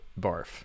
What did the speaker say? barf